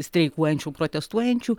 streikuojančių protestuojančių